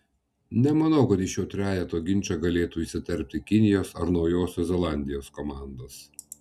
nemanau kad į šio trejeto ginčą galėtų įsiterpti kinijos ar naujosios zelandijos komandos